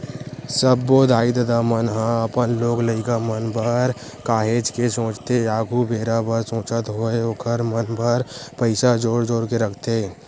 सब्बो दाई ददा मन ह अपन लोग लइका मन बर काहेच के सोचथे आघु बेरा बर सोचत होय ओखर मन बर पइसा जोर जोर के रखथे